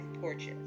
porches